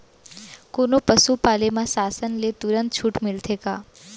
कोनो पसु पाले म शासन ले तुरंत छूट मिलथे का?